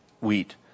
wheat